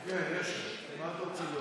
לסעיף 4. כן, יש, מה אתה רוצה?